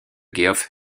geoff